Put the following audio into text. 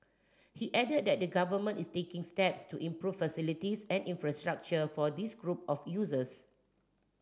he added that the Government is taking steps to improve facilities and infrastructure for this group of users